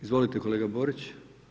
Izvolite kolega Borić.